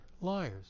liars